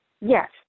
Yes